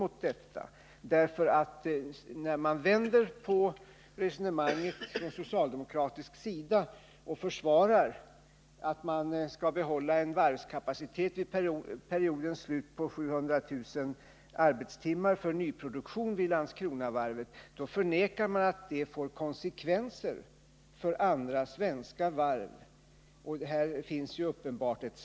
Vänder man på det socialdemokratiska resonemanget och försvarar ett bibehållande av varvskapaciteten vid Landskronavarvet på 700 000 arbetstimmar för nyproduktion till periodens slut, då förnekar man att det får konsekvenser för andra svenska varv. Här finns ett uppenbart samband.